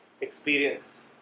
experience